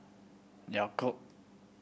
Yakult